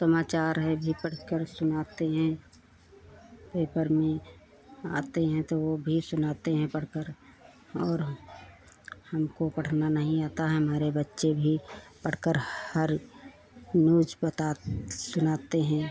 समाचार हैं भी पढ़कर सुनाते हैं पेपर में आते हैं तो ओ भी सुनाते हैं पढ़कर और हम हमको पढ़ना नहीं आता है मेरे बच्चे भी पढ़कर हर न्यूज़ बतात सुनाते हैं